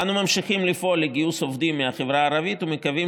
אנו ממשיכים לפעול לגיוס עובדים מהחברה הערבית ומקווים